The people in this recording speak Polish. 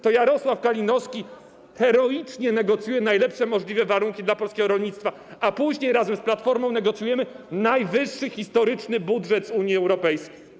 To Jarosław Kalinowski heroicznie negocjował najlepsze możliwe warunki dla polskiego rolnictwa, a później razem z Platformą negocjowaliśmy najwyższy historyczny budżet z Unii Europejskiej.